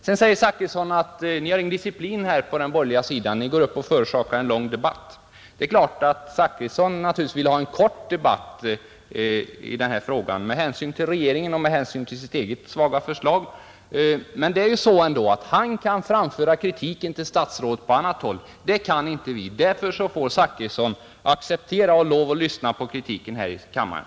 Sedan påstår herr Zachrisson att vi på oppositionssidan inte har någon disciplin utan går upp och förorsakar en lång debatt, Jag förstår att herr Zachrisson vill ha en kort debatt i denna fråga med hänsyn till regeringen och med hänsyn till sitt eget svaga förslag. Men han kan framföra sin kritik till statsrådet på annat sätt. Det kan inte vi. Därför får herr Zachrisson lov att lyssna till kritiken här i kammaren.